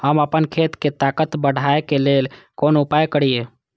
हम आपन खेत के ताकत बढ़ाय के लेल कोन उपाय करिए?